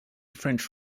french